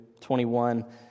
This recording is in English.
21